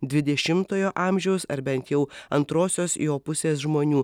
dvidešimtojo amžiaus ar bent jau antrosios jo pusės žmonių